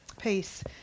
Peace